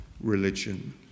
religion